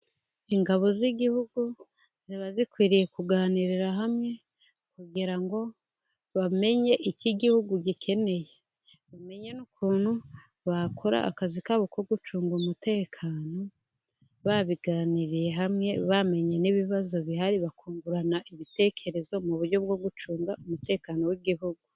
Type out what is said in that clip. Ingabo z'Igihugu ziba zikwiriye kuganirira hamwe, kugira ngo bamenye icyo igihugu gikeneye bamenye n'ukuntu bakora akazi kabo ko gucunga umutekano, babiganiriye hamwe bamenye n'ibibazo bihari, bakungurana ibitekerezo mu buryo bwo gucunga umutekano w'Igihugu.